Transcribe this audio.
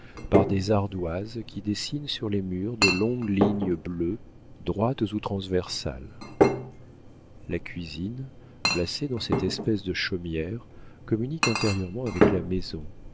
par des ardoises qui dessinent sur les murs de longues lignes bleues droites ou transversales la cuisine placée dans cette espèce de chaumière communique intérieurement avec la maison